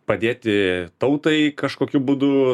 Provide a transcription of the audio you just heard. padėti tautai kažkokiu būdu